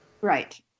right